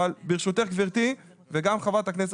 אבל ברשותך גבירתי, וגם חברת הכנסת.